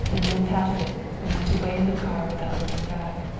and then patted it and went away in the car without looking back.